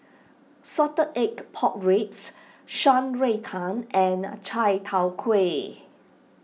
Salted Egg Pork Ribs Shan Rui Tang and Chai Tow Kway